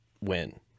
win